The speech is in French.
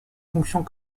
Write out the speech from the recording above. fonctions